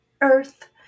earth